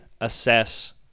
assess